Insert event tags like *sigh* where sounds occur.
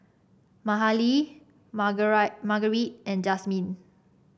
Mahalie *unintelligible* Margarite and Jazmin